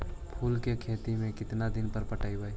फूल के खेती में केतना दिन पर पटइबै?